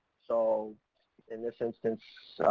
so in this instance,